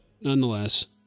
nonetheless